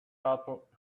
out